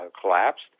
collapsed